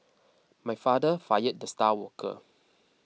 my father fired the star worker